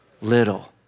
little